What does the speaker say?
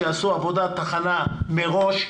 שיעשו עבודת הכנה מראש.